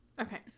okay